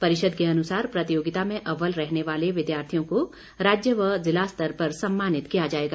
परिषद के अनुसार प्रतियोगिता में अव्वल रहने वाले विद्यार्थियों को राज्य व जिला स्तर पर सम्मानित किया जाएगा